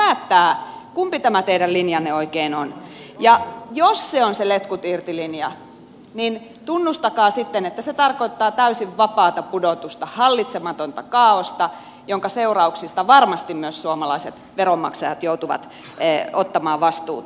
koettakaa nyt päättää kumpi tämä teidän linjanne oikein on ja jos se on se letkut irti linja niin tunnustakaa sitten että se tarkoittaa täysin vapaata pudotusta hallitsematonta kaaosta jonka seurauksista varmasti myös suomalaiset veronmaksajat joutuvat ottamaan vastuuta